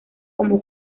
como